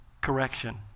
correction